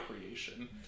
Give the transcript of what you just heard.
creation